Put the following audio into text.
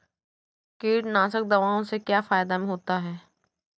कीटनाशक दवाओं से क्या फायदा होता है?